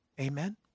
Amen